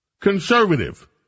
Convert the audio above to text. conservative